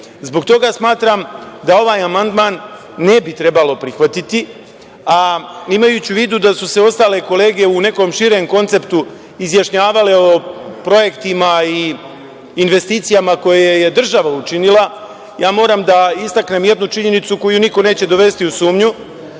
toga smatram da ovaj amandman ne bi trebalo prihvatiti, a imajući u vidu da su se ostale kolege u nekom širem konceptu izjašnjavale o projektima i investicijama koje je država učinila, moram da istaknem jednu činjenicu koju niko neće dovesti u sumnju,